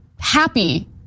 happy